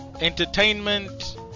entertainment